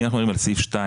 אם אנחנו מדברים על סעיף 2,